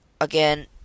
again